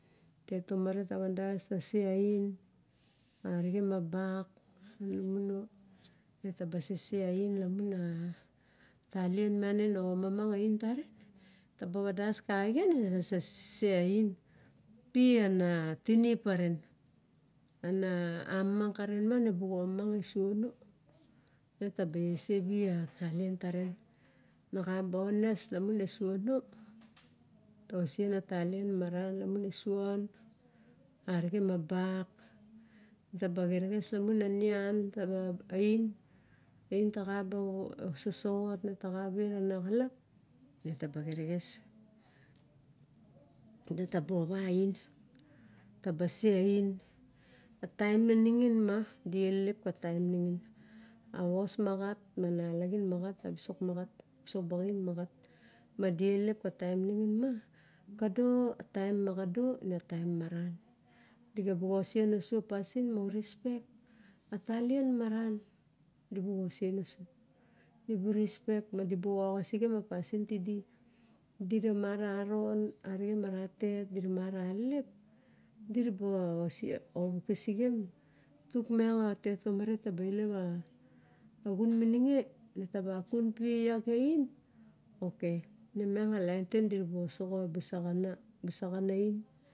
Tet tomare tara day ta se oin arixe ma bak nulumuno. Ne taba vades kaxien ne sa sese oin, piana tinim paren. Ana amamang karen miang nebu omamang esion me. Na taba ese vi a taline taren. Nexa bones lamune siono, tosen a talien maran lamune sion arixen ma bak, netaba exerexes lamon a namun taxa oin, oin taxa ba sosongot, netaxa vet ana xalap retabo exerexes. Netaba ova oin, tabage oin a taem mo ningin ma die lelep ka taem ningin. Awas maxat ma die lelep ka taem ningin ma, kado, a taem moxa do ine a taem mamaran. Di ga bu osen osu. Di bu respect ma di bu ovisxam, dira ma rava lelep, diraba ovisixen, tuk miang a tet tomare taba elep a xun mininge ne taba kun pi iak a oin, ok ne miang a laen tagen di ba osoxo oba saxana oin.